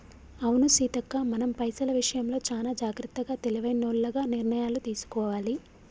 అవును సీతక్క మనం పైసల విషయంలో చానా జాగ్రత్తగా తెలివైనోల్లగ నిర్ణయాలు తీసుకోవాలి